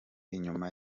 inyuma